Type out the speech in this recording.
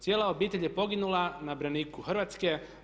Cijela obitelj je poginula na braniku Hrvatske.